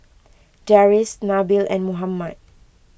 Deris Nabil and Muhammad